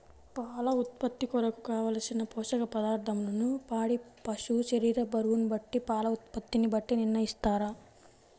పాల ఉత్పత్తి కొరకు, కావలసిన పోషక పదార్ధములను పాడి పశువు శరీర బరువును బట్టి పాల ఉత్పత్తిని బట్టి నిర్ణయిస్తారా?